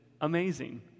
amazing